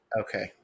Okay